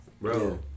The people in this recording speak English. Bro